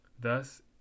Thus